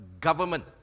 government